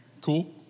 Cool